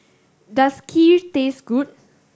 does Kheer taste good